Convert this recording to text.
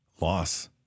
loss